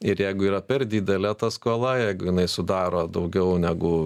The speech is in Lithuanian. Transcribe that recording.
ir jeigu yra per didelė ta skola jeigu jinai sudaro daugiau negu